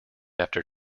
after